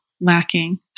lacking